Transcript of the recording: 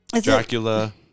Dracula